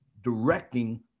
directing